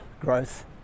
growth